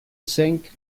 cinq